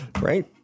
Right